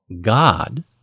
God